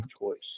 choice